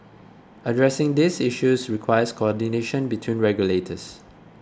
addressing these issues requires coordination between regulators